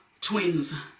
twins